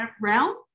realm